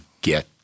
get